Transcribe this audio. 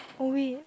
oh wait